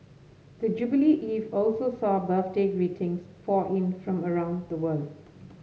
the jubilee eve also saw birthday greetings pour in from around the world